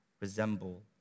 resemble